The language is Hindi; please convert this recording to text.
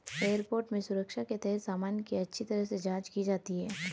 एयरपोर्ट में सुरक्षा के तहत सामान की अच्छी तरह से जांच की जाती है